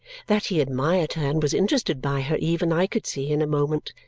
that he admired her and was interested by her even i could see in a moment.